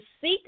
seek